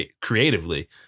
creatively